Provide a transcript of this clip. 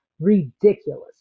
ridiculous